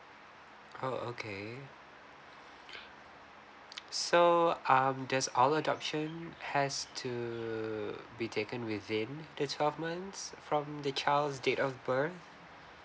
oh okay so um does all adoption has to be taken within the twelve months from the child's date of birth